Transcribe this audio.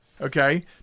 okay